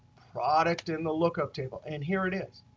product in the lookup table. and here it is.